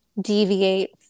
deviate